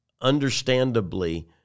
understandably